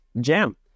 jam